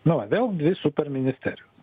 nu va vėl dvi superministerijos